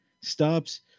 stops